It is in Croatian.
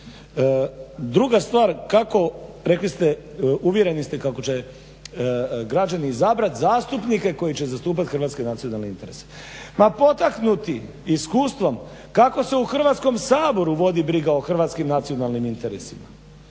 Druga stvar kako reli ste uvjereni ste kako će građani izabrati zastupnike koji će zastupati hrvatske nacionalne interese. Ma potaknuti iskustvom kako se u Hrvatskom saboru vodi briga o hrvatskim nacionalnim interesima